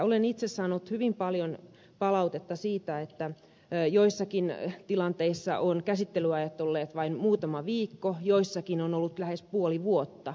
olen itse saanut hyvin paljon palautetta siitä että joissakin tilanteissa ovat käsittelyajat olleet vain muutama viikko joissakin on ollut lähes puoli vuotta